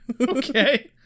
Okay